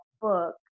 book